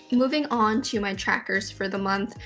moving on to my trackers for the month,